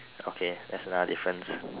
okay that's another difference